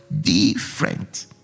different